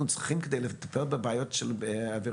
צריכים כדי לטפל בבעיות של אוויר נקי?